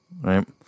right